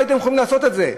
לא הייתם יכולים לעשות את זה.